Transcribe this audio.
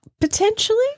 Potentially